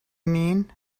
mean